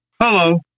Hello